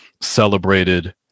celebrated